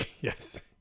Yes